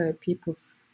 people's